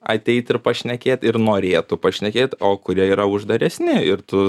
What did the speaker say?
ateit ir pašnekėt ir norėtų pašnekėt o kurie yra uždaresni ir tu